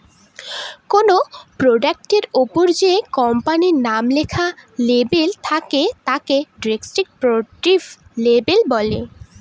কোনো প্রোডাক্টের ওপরে যে কোম্পানির নাম লেখার লেবেল থাকে তাকে ডেস্ক্রিপটিভ লেবেল বলে